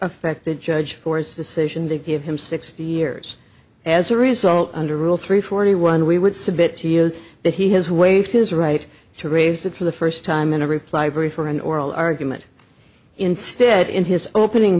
affected judge ford's decision to give him sixty years as a result under rule three forty one we would submit to you that he has waived his right to raise it for the first time in a reply brief or an oral argument instead in his opening